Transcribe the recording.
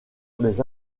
les